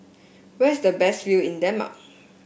where is the best view in Denmark